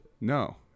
No